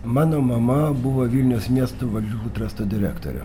mano mama buvo vilniaus miesto valgyklų tresto direktorė